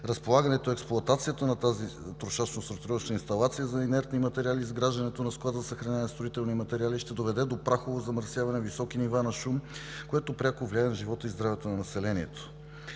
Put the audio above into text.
разполагането и експлоатацията на тази трошачно-сортировъчна инсталация за инертни материали и изграждане на склад за съхраняване на строителни материали ще доведе до прахово замърсяване, високи нива на шум, което пряко влияе на живота и здравето на населението.